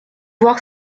voir